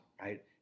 right